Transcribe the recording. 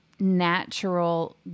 natural